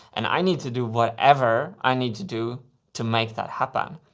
and i need to do whatever i need to do to make that happen.